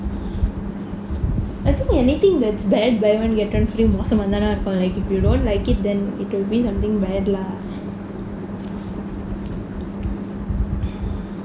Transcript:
I think anything that's bad buy one get one free மோசமா தான இருக்கும்:mosamaa thaana irukkum like if you don't like it then it'll be something bad lah